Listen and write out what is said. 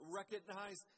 recognize